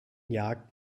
jagd